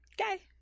Okay